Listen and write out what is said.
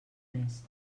més